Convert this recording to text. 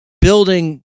building